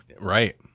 Right